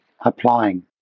applying